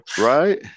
Right